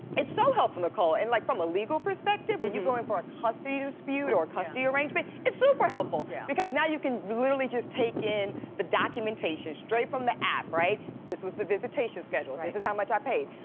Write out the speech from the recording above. it's so helpful nicole. and like from a legal perspective when you go in for a custody dispute or a custody arrangement it's super helpful. yeah because now you can literally just take in the documentation straight from the app right. this was the visitation schedule, and this is how much i paid.